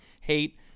hate